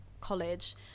college